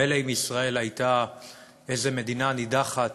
מילא אם ישראל הייתה איזו מדינה נידחת